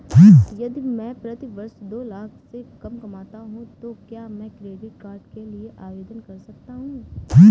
यदि मैं प्रति वर्ष दो लाख से कम कमाता हूँ तो क्या मैं क्रेडिट कार्ड के लिए आवेदन कर सकता हूँ?